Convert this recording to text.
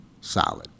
solid